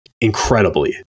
incredibly